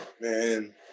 Man